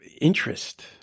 interest